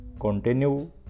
continue